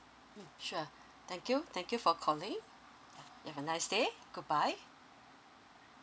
mm sure thank you thank you for calling have a nice day good bye